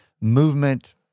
movement